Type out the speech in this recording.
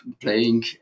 playing